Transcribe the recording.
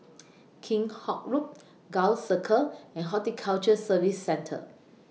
Kheam Hock Road Gul Circle and Horticulture Services Centre